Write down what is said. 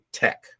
tech